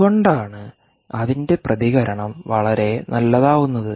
അതുകൊണ്ടാണ് അതിന്റെ പ്രതികരണം വളരെ നല്ലതാവുന്നത്